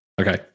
Okay